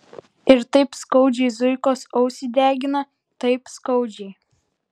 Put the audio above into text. ir taip skaudžiai zuikos ausį degina taip skaudžiai